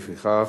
לפיכך,